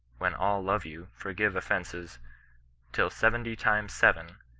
when all love you forgive offences till seventy times seven,